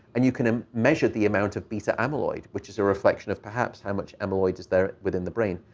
and you can um measure the amount of beta amyloid, which is a reflection of perhaps how much amyloid is there within the brain.